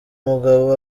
mugabo